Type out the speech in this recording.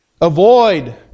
Avoid